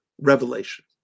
revelation